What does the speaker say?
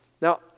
Now